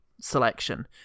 selection